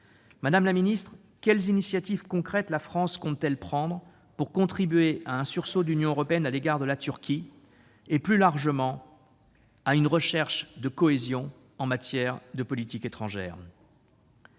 Madame la secrétaire d'État, quelles initiatives concrètes la France compte-t-elle prendre pour contribuer à un sursaut de l'Union européenne à l'égard de la Turquie et, plus largement, à une recherche de cohésion en matière de politique étrangère ?